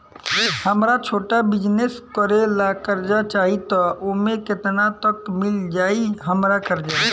हमरा छोटा बिजनेस करे ला कर्जा चाहि त ओमे केतना तक मिल जायी हमरा कर्जा?